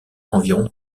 environ